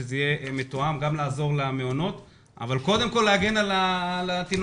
שזה יהיה מתואם וגם נעזור למעונות אבל קודם כל להגן על התינוקות.